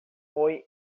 foi